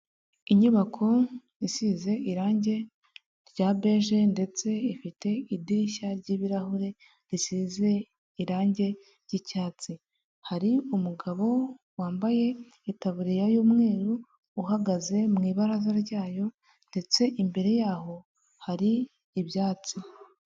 Inyubako isize irangi rya beje ndetse ifite idirishya r'ibirahure risize irangi ry'icyatsi, hari umugabo wambaye itaburiya y'umweru, uhagaze mu ibaraza ryayo ndetse imbere yaho hari ibyatsi.